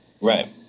Right